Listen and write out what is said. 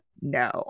No